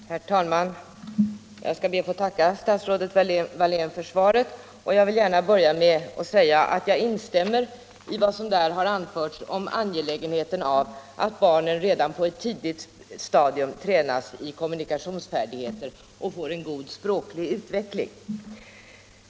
Herr talman! Jag skall be att få tacka statsrådet Hjelm-Wallén för svaret. Jag vill gärna börja med att säga att jag instämmer i vad som där har anförts om angelägenheten av att barnen redan på ett tidigt stadium tränas i kommunikationsfärdigheter och får en god språklig utveckling.